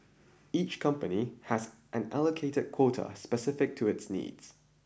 each company has an allocated quota specific to its needs